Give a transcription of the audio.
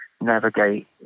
navigate